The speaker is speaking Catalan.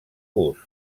gust